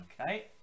Okay